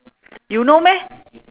you know meh